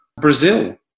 Brazil